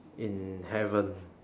in heaven